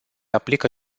aplică